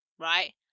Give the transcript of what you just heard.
right